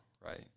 Right